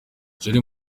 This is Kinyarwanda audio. jolie